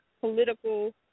political